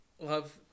love